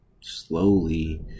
slowly